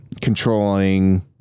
controlling